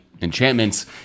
enchantments